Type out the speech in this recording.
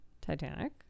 Titanic